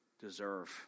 deserve